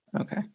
Okay